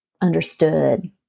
understood